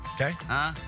okay